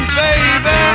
baby